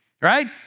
right